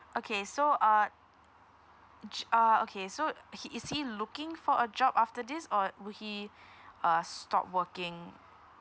okay so uh uh okay so he is he looking for a job after this or would he uh stop working